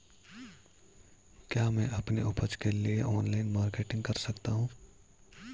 क्या मैं अपनी उपज बेचने के लिए ऑनलाइन मार्केटिंग कर सकता हूँ?